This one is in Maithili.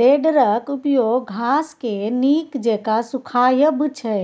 टेडरक उपयोग घासकेँ नीक जेका सुखायब छै